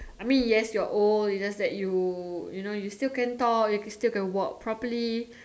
I mean yes you're old you just that you you know you still can talk you still can walk properly